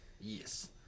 Yes